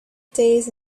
days